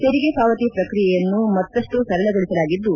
ತೆರಿಗೆ ಪಾವತಿ ಪ್ರಕ್ರಿಯೆಯನ್ನು ಮತ್ತಷ್ಟು ಸರಳ ಗೊಳಿಸಲಾಗಿದ್ದು